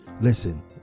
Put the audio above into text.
Listen